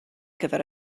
gyfer